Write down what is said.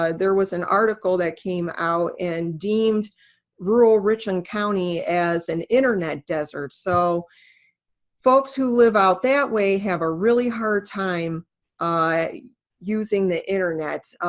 ah there was an article that came out and deemed rural richland county as an internet desert. so folks who live out that way have a really hard time using the internet.